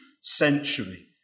century